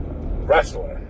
Wrestler